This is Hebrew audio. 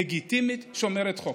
לגיטימית ושומרת חוק.